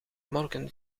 morgen